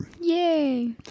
Yay